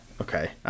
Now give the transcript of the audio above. Okay